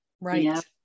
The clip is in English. right